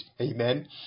amen